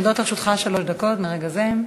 עומדות לרשותך שלוש דקות מרגע זה.